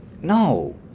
No